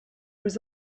was